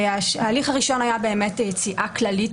ההליך הראשון היה יציאה כללית,